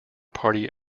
party